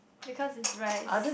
because it's rice